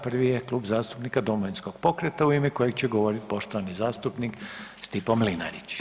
Prvi je Klub zastupnika Domovinskog pokreta u ime kojeg će govoriti poštovani zastupnik Stipo Mlinarić.